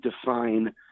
define